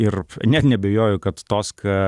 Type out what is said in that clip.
ir net neabejoju kad toska